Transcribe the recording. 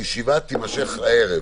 הישיבה תימשך הערב,